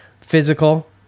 physical